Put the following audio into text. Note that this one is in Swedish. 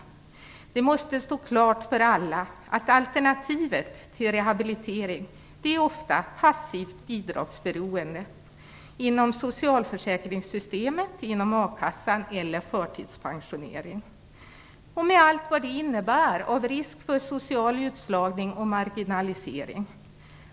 Det måste stå klart för alla att alternativet till rehabilitering ofta är passivt bidragsberoende inom socialförsäkringssystemet eller inom a-kassan eller förtidspensionering, med allt vad det innebär av risk för social utslagning och marginalisering.